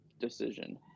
decision